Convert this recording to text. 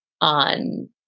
on